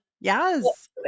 Yes